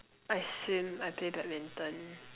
I swim I play badminton